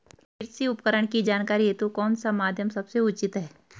कृषि उपकरण की जानकारी हेतु कौन सा माध्यम सबसे उचित है?